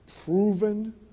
proven